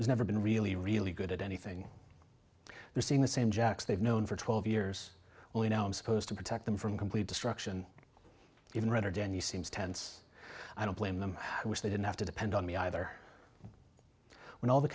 he's never been really really good at anything they're seeing the same jack's they've known for twelve years only now i'm supposed to protect them from complete destruction even writer dan you seems tense i don't blame them i wish they didn't have to depend on me either when all the